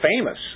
famous